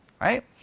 right